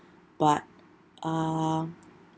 but um